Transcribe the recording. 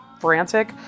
frantic